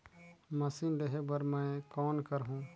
Machine लेहे बर मै कौन करहूं?